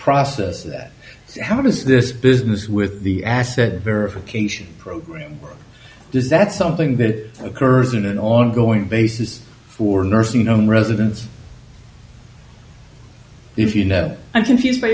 process that how does this business with the asset verification program does that's something that occurs in an ongoing basis for nursing home residents if you know i'm confused by